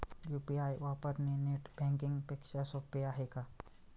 UPI वापरणे net banking पेक्षा सोपे आहे का?